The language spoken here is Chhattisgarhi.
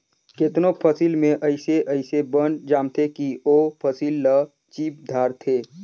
केतनो फसिल में अइसे अइसे बन जामथें कि ओ फसिल ल चीप धारथे